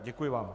Děkuji vám.